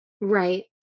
Right